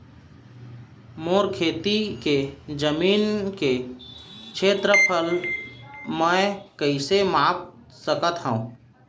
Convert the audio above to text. मोर खेती के जमीन के क्षेत्रफल मैं कइसे माप सकत हो?